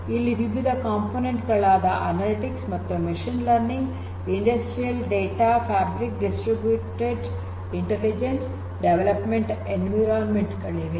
ಇಲ್ಲಿ ವಿವಿಧ ಕಂಪೋನೆಂಟ್ ಗಳಾದ ಅನಲಿಟಿಕ್ಸ್ ಮತ್ತು machine learning industrial data fabric distributed intelligence ಮತ್ತು ಡೆವಲಪ್ಮೆಂಟ್ ಎನ್ವಿರಾನ್ಮೆಂಟ್ ಗಳಿವೆ